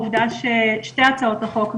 שתי הצעות החוק,